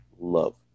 love